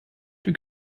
two